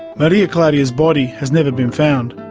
maria claudia's body has never been found.